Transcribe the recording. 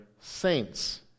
saints